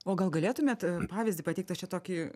o gal galėtumėt pavyzdį pateikt aš čia šitokį